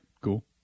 cool